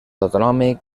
autonòmic